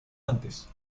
antes